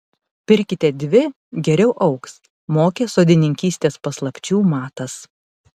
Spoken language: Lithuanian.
pirkite dvi geriau augs mokė sodininkystės paslapčių matas